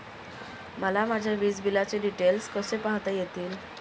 मला माझ्या वीजबिलाचे डिटेल्स कसे पाहता येतील?